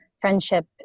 friendship